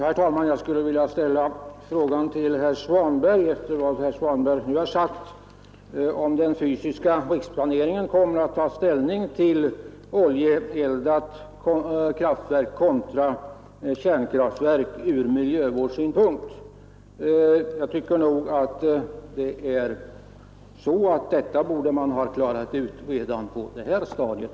Herr talman! Jag vill efter vad herr Svanberg nu sagt ställa den frågan till herr Svanberg om man i den fysiska riksplaneringen kommer att ta ställning till förhållandet mellan oljeeldade kraftverk kontra kärnkraftverk ur miljövårdssynpunkt. Jag tycker att man borde ha klarat ut detta spörsmål redan på detta stadium.